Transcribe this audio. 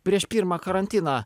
prieš pirmą karantiną